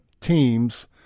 teams